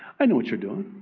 i know what you're doing.